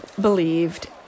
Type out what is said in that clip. believed